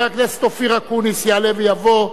חבר הכנסת אופיר אקוניס, יעלה ויבוא,